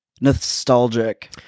nostalgic